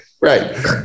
Right